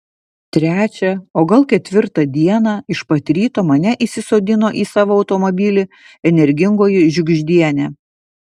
trečią o gal ketvirtą dieną iš pat ryto mane įsisodino į savo automobilį energingoji žiugždienė